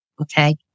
Okay